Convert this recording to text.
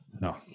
No